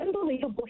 unbelievable